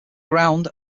ground